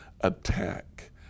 attack